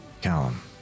Callum